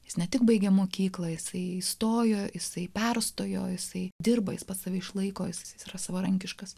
jis ne tik baigė mokyklą jisai įstojo jisai perstojo jisai dirba jis pats save išlaiko jis yra savarankiškas